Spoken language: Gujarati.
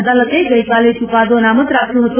અદાલતે ગઇકાલે ચૂકાદો અનામત રાખ્યો હતો